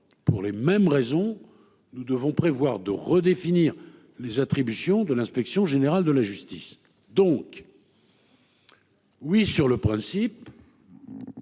pour les mêmes raisons. Nous devons prévoir de redéfinir les attributions de l'inspection générale de la justice. Donc. Oui sur le principe.